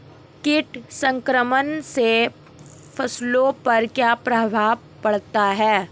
कीट संक्रमण से फसलों पर क्या प्रभाव पड़ता है?